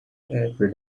every